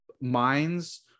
minds